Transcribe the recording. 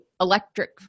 electric